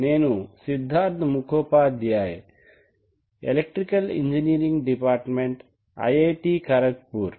నేను Siddharth Mukhopadhyay electrical engineering department IIT Kharag poor